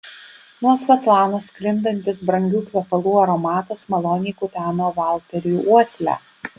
nuo svetlanos sklindantis brangių kvepalų aromatas maloniai kuteno valteriui uoslę